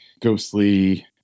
ghostly